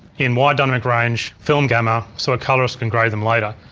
in wide dynamic range film gamma so a colorist can grade them later.